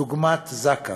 דוגמת זק"א.